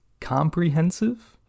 comprehensive